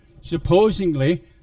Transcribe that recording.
supposedly